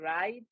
right